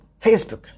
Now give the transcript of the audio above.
facebook